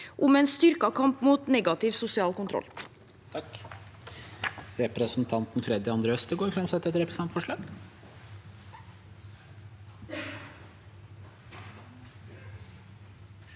om styrket kamp mot negativ sosial kontroll.